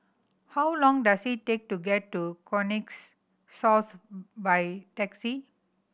how long does it take to get to Connexis South by taxi